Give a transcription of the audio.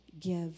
give